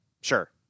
sure